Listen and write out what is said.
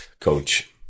coach